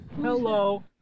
Hello